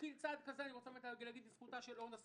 התחיל צעד כזה אני רוצה להגיד לזכותה של אורנה שמחון,